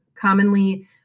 commonly